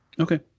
Okay